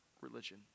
religion